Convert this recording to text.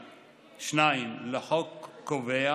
161(א)(2) לחוק קובע